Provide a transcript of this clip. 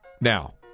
Now